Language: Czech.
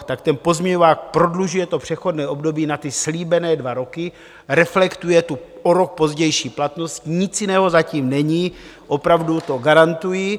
Tak ten pozměňovák prodlužuje přechodné období na ty slíbené dva roky, reflektuje tu o rok pozdější platnost, nic jiného za tím není, opravdu to garantuji.